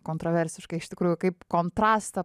kontroversiškai iš tikrųjų kaip kontrastą